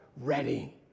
ready